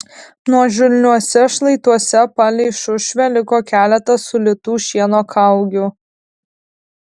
nuožulniuose šlaituose palei šušvę liko keletas sulytų šieno kaugių